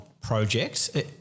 projects